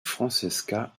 francesca